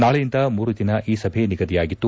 ನಾಳೆಯಿಂದ ಮೂರು ದಿನ ಈ ಸಭೆ ನಿಗದಿಯಾಗಿತ್ತು